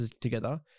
together